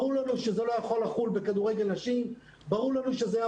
ברור לנו שזה לא יכול לחול בכדורגל נשים וברור לנו שזה לא